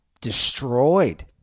destroyed